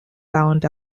found